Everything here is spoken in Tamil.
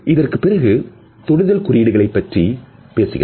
இதற்குப் பிறகு தொடுதல் குறியீடுகளை பற்றி பேசுகிறார்